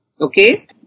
Okay